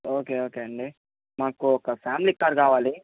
okay okay అండి మాకు ఒక ఫ్యామిలీ కార్ కావాలి